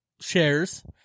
shares